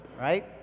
right